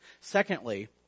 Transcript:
Secondly